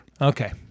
Okay